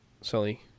Sully